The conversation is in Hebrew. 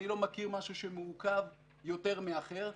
אני לא מכיר משהו שמעוכב יותר מאחר.